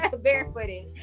barefooted